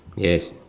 yes